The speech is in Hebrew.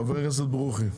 חבר הכנסת ברוכי.